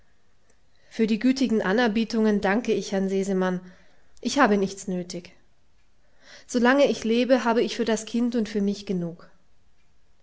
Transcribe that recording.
für die gütigen anerbietungen danke ich herrn sesemann ich habe nichts nötig solange ich lebe habe ich für das kind und für mich genug